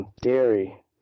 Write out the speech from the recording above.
dairy